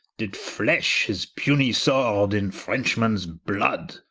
did flesh his punie-sword in frenchmens blood